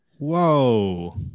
Whoa